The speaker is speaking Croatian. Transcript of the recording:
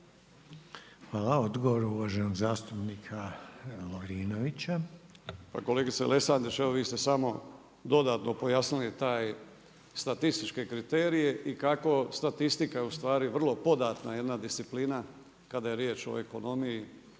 **Lovrinović, Ivan (Promijenimo Hrvatsku)** Pa kolegice Lesandić, evo vi ste samo dodatno pojasnili taj statističke kriterije i kako statistika ustvari vrlo podatna jedna disciplina kada je riječ o ekonomiji